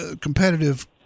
competitive